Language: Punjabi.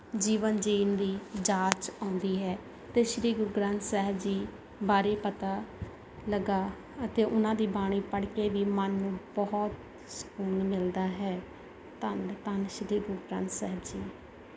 ਜੀਵਨ ਜਿਉਣ ਦੀ ਜਾਂਚ ਆਉਂਦੀ ਹੈ ਅਤੇ ਸ਼੍ਰੀ ਗੁਰੂ ਗ੍ਰੰਥ ਸਾਹਿਬ ਜੀ ਬਾਰੇ ਪਤਾ ਲੱਗਾ ਅਤੇ ਉਹਨਾਂ ਦੀ ਬਾਣੀ ਪੜ੍ਹ ਕੇ ਵੀ ਮਨ ਨੂੰ ਬਹੁਤ ਸਕੂਲ ਮਿਲਦਾ ਹੈ ਧੰਨ ਧੰਨ ਸ਼੍ਰੀ ਗੁਰੂ ਗ੍ਰੰਥ ਸਾਹਿਬ ਜੀ